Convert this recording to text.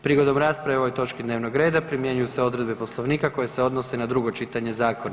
Prigodom rasprave o ovoj točki dnevnog reda primjenjuju se odredbe Poslovnika koje se odnose na drugo čitanje zakona.